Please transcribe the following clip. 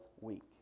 week